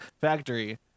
factory